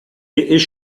est